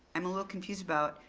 i'm a little confused about,